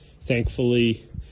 thankfully